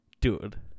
Dude